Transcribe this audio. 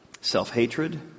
self-hatred